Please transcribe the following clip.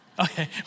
okay